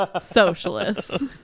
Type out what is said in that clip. socialists